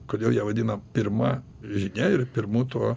kodėl ją vadina pirma žinia ir pirmu tuo